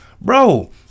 Bro